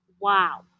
wow